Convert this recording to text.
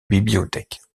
bibliothèque